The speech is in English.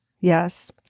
Yes